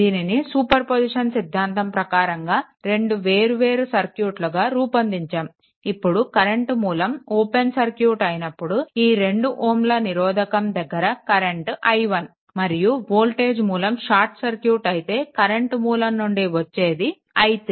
దీనిని superposition సిద్ధాంతం ప్రకారంగా 2 వేర్వేరు సర్క్యూట్లుగా రూపొందించాము ఇప్పుడు కరెంట్ మూలం ఓపెన్ సర్క్యూట్ అయినప్పుడు ఈ 2Ω నిరోధకం దగ్గర కరెంట్ i1 మరియు వోల్టేజ్ మూలం షార్ట్ సర్క్యూట్ అయితే కరెంట్ మూలం నుండి వచ్చేది i3